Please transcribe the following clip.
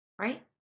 Right